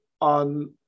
on